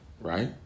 Right